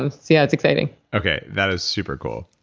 and so yeah, it's exciting okay. that is super cool.